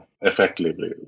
effectively